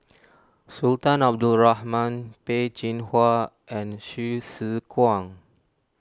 Sultan Abdul Rahman Peh Chin Hua and Hsu Tse Kwang